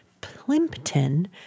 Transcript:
Plimpton